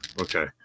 Okay